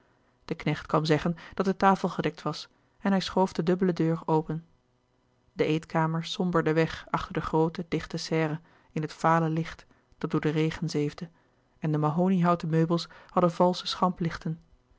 de knecht kwam zeggen dat de tafel gedekt was en hij schoof de dubbele deur open de eetkamer somberde weg achter de groote dichte serre in het vale licht dat door den regen louis couperus de boeken der kleine zielen zeefde en de mahoniehouten meubels hadden valsche